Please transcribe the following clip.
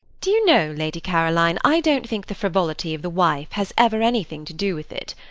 do you know, lady caroline, i don't think the frivolity of the wife has ever anything to do with it.